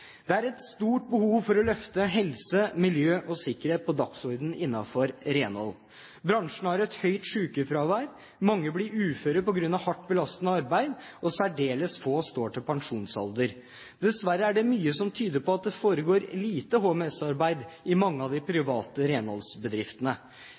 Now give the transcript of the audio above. Det er et stort behov for å løfte helse, miljø og sikkerhet innenfor renhold opp på dagsordenen. Bransjen har et høyt sykefravær. Mange blir uføre på grunn av hardt, belastende arbeid, og særdeles få står til pensjonsalderen. Dessverre er det mye som tyder på at det foregår lite HMS-arbeid i mange av de